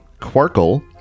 quarkle